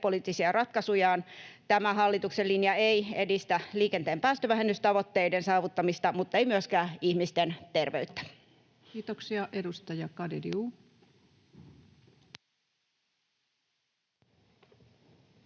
liikennepoliittisia ratkaisujaan. Tämä hallituksen linja ei edistä liikenteen päästövähennystavoitteiden saavuttamista, mutta ei myöskään ihmisten terveyttä. [Speech 495] Speaker: